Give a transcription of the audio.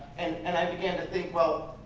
and and i began to think, well,